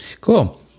Cool